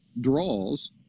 draws